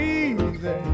easy